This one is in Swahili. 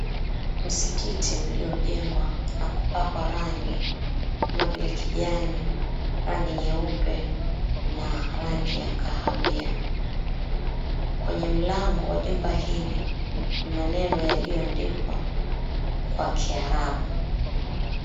Msikiti uliojengwa na kupakwa rangi kama vile kijani, rangi nyeupe na rangi ya kahawia. Kwenye mlango wa jumba hili ni maneno yaliyoandikwa kwa kiarabu.